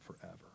forever